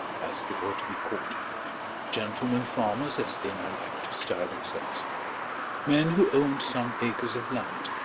as they ought to be called gentlemen-farmers as they now like to style themselves men who owned some acres of land,